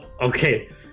Okay